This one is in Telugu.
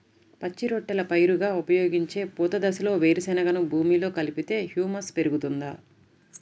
పచ్చి రొట్టెల పైరుగా ఉపయోగించే పూత దశలో వేరుశెనగను భూమిలో కలిపితే హ్యూమస్ పెరుగుతుందా?